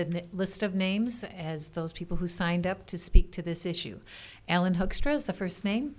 the list of names as those people who signed up to speak to this issue allan hug stroh's the first name